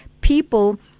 people